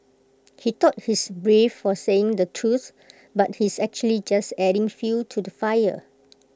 he thought he's brave for saying the truth but he's actually just adding fuel to the fire